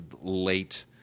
late